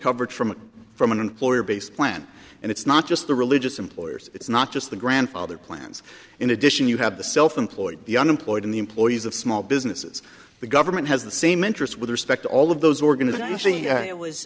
coverage from from an employer based plan and it's not just the religious employers it's not just the grandfather plans in addition you have the self employed the unemployed and the employees of small businesses the government has the same interest with respect to all of those organizations the it was